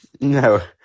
No